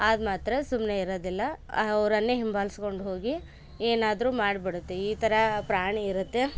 ಆಗ ಮಾತ್ರ ಸುಮ್ಮನೆ ಇರೋದಿಲ್ಲ ಅವರನ್ನೆ ಹಿಂಬಾಲಿಸ್ಕೊಂಡುಹೋಗಿ ಏನಾದ್ರು ಮಾಡಿಬಿಡುತ್ತೆ ಈ ಥರ ಪ್ರಾಣಿ ಇರುತ್ತೆ